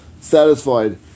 satisfied